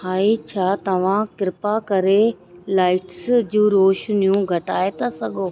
high छा तव्हां कृपा करे लाइट्स जूं रोशनियूं घटाए था सघो